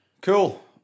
Cool